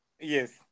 Yes